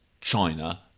China